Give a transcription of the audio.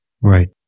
right